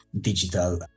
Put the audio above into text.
digital